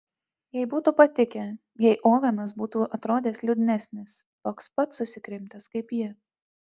jai būtų patikę jei ovenas būtų atrodęs liūdnesnis toks pat susikrimtęs kaip ji